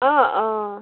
অঁ অঁ